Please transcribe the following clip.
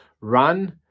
run